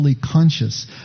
conscious